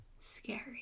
scary